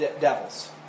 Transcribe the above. devils